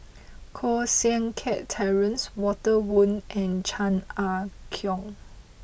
Koh Seng Kiat Terence Walter Woon and Chan Ah Kow